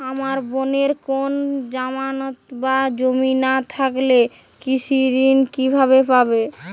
আমার বোনের কোন জামানত বা জমি না থাকলে কৃষি ঋণ কিভাবে পাবে?